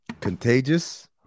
Contagious